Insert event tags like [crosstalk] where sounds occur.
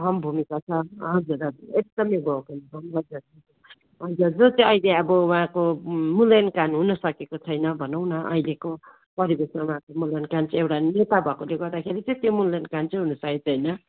अहम् भुमिका छ हजुर हजुर एकदमै [unintelligible] जो चाहिँ अहिले अब उहाँको मूल्याङ्कन हुनसकेको छैन भनौँ न अहिलेको परिवेशमा उहाँको मूल्याङ्कन एउटा नेता भएकोले गर्दाखेरि चाहिँ त्यो मूल्याङ्कन चाहिँ हुनुसकेको छैन